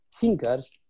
thinkers